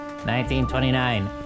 1929